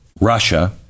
Russia